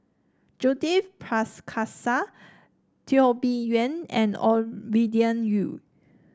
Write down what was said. Judith Prakash Teo Bee Yen and Ovidia Yu